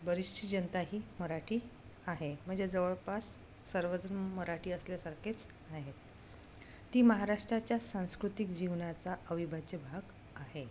बरीचशी जनता ही मराठी आहे म्हणजे जवळपास सर्वजण मराठी असल्यासारखेच आहेत ती महाराष्ट्राच्या सांस्कृतिक जीवनाचा अविभाज्य भाग आहे